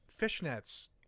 fishnets